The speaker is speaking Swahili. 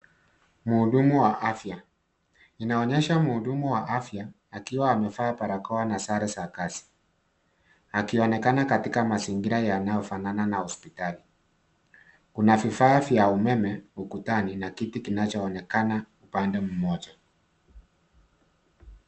Mhudumu wa afya. Inaonyesha mhudumu wa afya akiwa amevaa barakoa na sare za kazi akionekana katika mazingira yanayofanana na hospitali. Kuna vifaa vya umeme ukutani na kiti kinachoonekana upande mmoja.